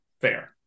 fair